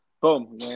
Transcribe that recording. Boom